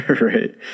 Right